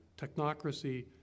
technocracy